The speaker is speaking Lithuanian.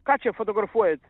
ką čia fotografuojat